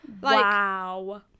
wow